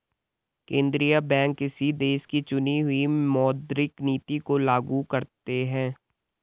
केंद्रीय बैंक किसी देश की चुनी हुई मौद्रिक नीति को लागू करते हैं